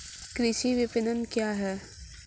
कृषि विपणन क्या है?